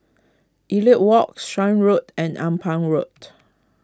Elliot Walk Shan Road and Ampang Walked